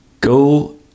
go